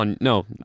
No